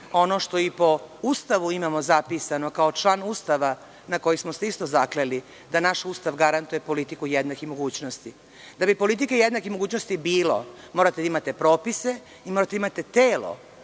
ono što i po Ustavu imamo zapisano kao član Ustava na koji smo se isto zakleli da naš Ustav garantuje politiku jednakih mogućnosti. Da bi politike jednakih mogućnosti bilo, morate da imate propise i morate da imate telo